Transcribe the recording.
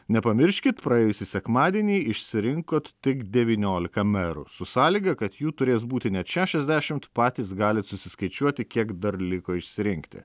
nepamirškit praėjusį sekmadienį išsirinkot tik devyniolika merų su sąlyga kad jų turės būti net šešiasdešimt patys galite susiskaičiuoti kiek dar liko išsirinkti